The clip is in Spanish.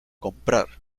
comprar